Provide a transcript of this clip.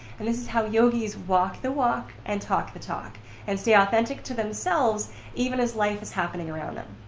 and this is how yogi's walk the walk and talk the talk and stay authentic to themselves even as life is happening around them.